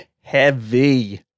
heavy